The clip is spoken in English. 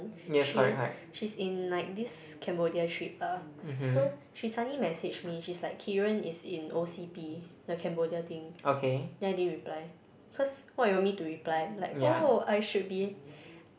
she she's in like this cambodia trip ah so she suddenly messaged me she's like Keiran is in O_C_P the cambodia thing then i didn't reply because what do you want me to reply oh